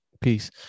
Peace